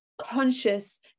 Conscious